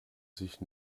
sich